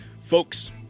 Folks